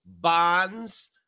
Bonds